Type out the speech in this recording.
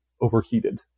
overheated